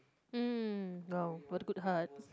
um oh what a good heart